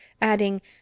adding